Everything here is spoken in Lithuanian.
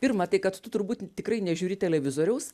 pirma tai kad tu turbūt tikrai nežiūri televizoriaus